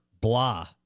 blah